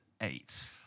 eight